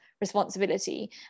responsibility